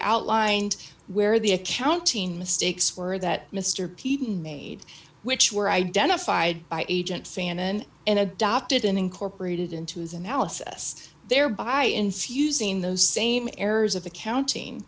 outlined where the accounting mistakes were that mr peterson made which were identified by agent famine and adopted an incorporated into his analysis thereby ensues using those same errors of accounting